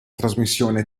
trasmissione